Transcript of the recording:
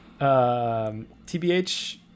tbh